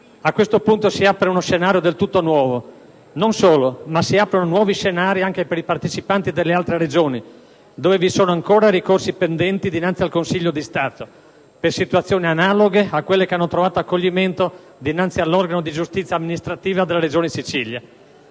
A questo punto si apre uno scenario del tutto nuovo. Non solo, ma si aprono nuovi scenari anche per i partecipanti delle altre Regioni, dove vi sono ancora ricorsi pendenti dinanzi al Consiglio di Stato per situazioni analoghe a quelle che hanno trovato accoglimento dinanzi all'organo di giustizia amministrativa della Regione Siciliana.